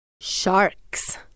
Sharks